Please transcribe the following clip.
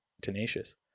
tenacious